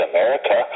America